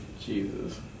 Jesus